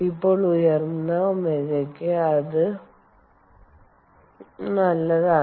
ഇപ്പോൾ ഉയർന്ന ωക്ക് അത് നല്ലതാണ്